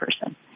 person